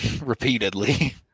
repeatedly